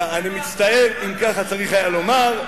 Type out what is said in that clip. ואני מצטער אם כך צריך היה לומר,